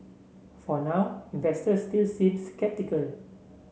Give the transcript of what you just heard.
for now investors still seem sceptical